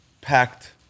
packed